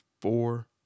four